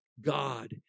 God